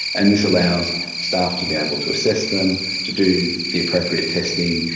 and this allows staff to be able to assess them, to do the appropriate testing,